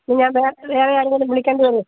ഇനി ഞാൻ വേറെ ആരെയെങ്കിലും വിളിക്കേണ്ടി വരുമോ